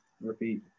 repeat